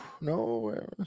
no